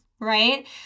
right